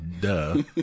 Duh